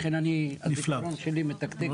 לכן השעון שלי מתקתק --- נפלא,